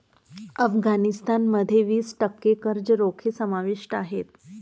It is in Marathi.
अफगाणिस्तान मध्ये वीस टक्के कर्ज रोखे समाविष्ट आहेत